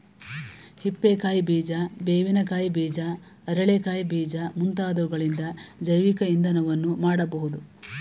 ಹಿಪ್ಪೆ ಕಾಯಿ ಬೀಜ, ಬೇವಿನ ಕಾಯಿ ಬೀಜ, ಅರಳೆ ಕಾಯಿ ಬೀಜ ಮುಂತಾದವುಗಳಿಂದ ಜೈವಿಕ ಇಂಧನವನ್ನು ಮಾಡಬೋದು